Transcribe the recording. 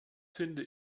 finde